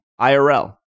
IRL